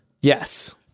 Yes